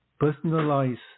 personalize